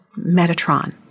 Metatron